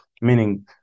meaning